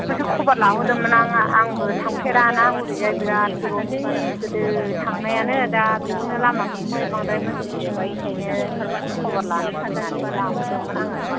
बेखौसो खबर लाहरदोंमोन आं आंबो थांफेराना हरैजाय बिराथ गोबावसै गोदो थांनायानो दा बिखौनो लामाफोरखौ हाय माबा मिथिजोबैखायनो खबर लानो लुगैनानै लाहरदोंमोन आङो